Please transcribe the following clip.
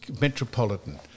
Metropolitan